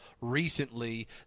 recently